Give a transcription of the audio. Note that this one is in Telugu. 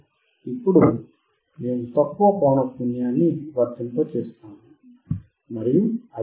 ఇప్పుడు మేము తక్కువ పౌనఃపున్యాన్ని వర్తింపజేస్తాము మరియు అధిక పౌన